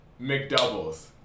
McDoubles